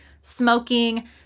smoking